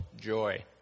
joy